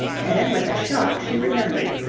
then, with a shock, she remembered.